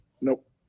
Nope